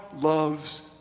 loves